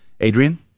Adrian